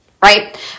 right